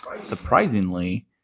surprisingly